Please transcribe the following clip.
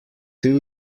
two